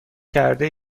کرده